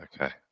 Okay